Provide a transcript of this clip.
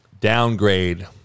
downgrade